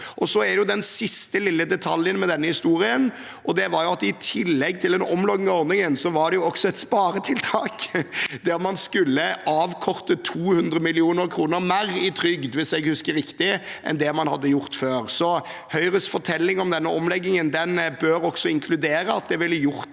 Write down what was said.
Den siste lille detaljen med denne historien er at i tillegg til en omlegging av ordningen var det også et sparetiltak, der man skulle avkorte 200 mill. kr mer i trygd – hvis jeg husker riktig – enn det man hadde gjort før. Høyres fortelling om denne omleggingen bør altså inkludere at det ville gjort